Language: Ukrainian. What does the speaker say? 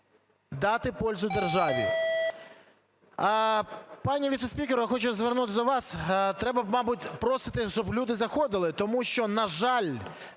датипользу державі,